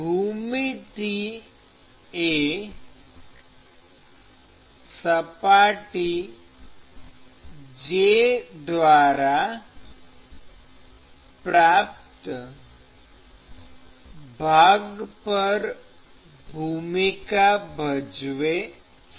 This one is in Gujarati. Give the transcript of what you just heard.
ભૂમિતિ એ સપાટી j દ્વારા પ્રાપ્ત ભાગ પર ભૂમિકા ભજવે છે